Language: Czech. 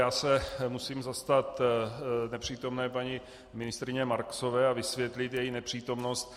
Já se musím zastat nepřítomné paní ministryně Marksové a vysvětlit její nepřítomnost.